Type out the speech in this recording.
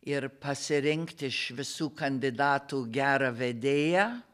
ir pasirinkti iš visų kandidatų gerą vedėją